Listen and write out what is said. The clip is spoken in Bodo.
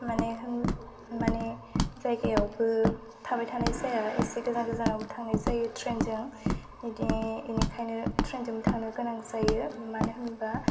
माने होन माने जायगायावबो थाबाय थानाय जाया एसे गोजान गोजानावबो थांनाय जायो ट्रैनजों बिदि बेनिखायनो ट्रेनजों थांनो गोनां जायो मानो होनोबा